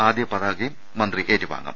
ആദ്യ പതാകയും മന്ത്രി ഏറ്റുവാങ്ങും